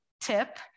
tip